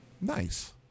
nice